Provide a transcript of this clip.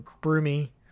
Broomy